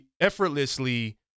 effortlessly